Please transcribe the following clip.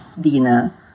Dina